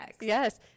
Yes